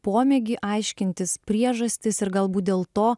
pomėgį aiškintis priežastis ir galbūt dėl to